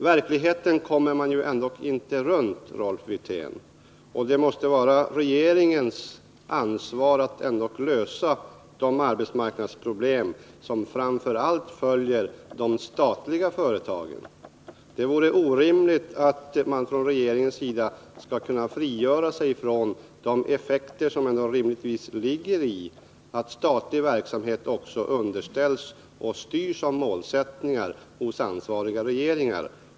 Verkligheten kommer man trots allt inte runt, Rolf Wirtén, och det måste ändå vara regeringens ansvar att lösa framför allt de arbetsmarknadsproblem som uppstått i samband med de statliga företagen. Det vore orimligt om regeringen skulle kunna frigöra sig från de effekter som ändå uppstår på grund av att målsättningen för statlig verksamhet är att denna styrs av den ansvariga regeringen.